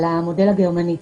על המודל הגרמני.